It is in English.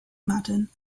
madden